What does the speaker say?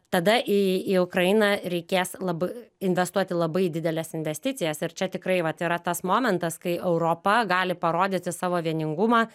tada į į ukrainą reikės lab investuoti labai dideles investicijas ir čia tikrai vat yra tas momentas kai europa gali parodyti savo vieningumą